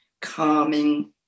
calming